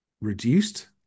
reduced